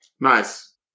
Nice